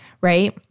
right